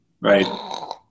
Right